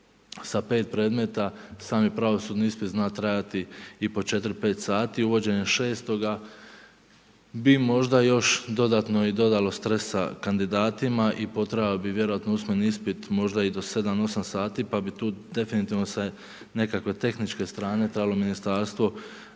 sa 5 predmeta, sami pravosudni ispit zna trajati i po 4-5 sati, uvođenjem 6 bi možda još dodatno i dodalo stresa kandidatima i potrajalo bi vjerojatno usmeni ispit možda i do 7-8 sati, pa bi tu definitivno sa nekakve tehničke strane, trebalo ministarstvo,